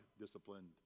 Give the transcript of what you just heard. disciplined